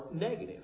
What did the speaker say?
negative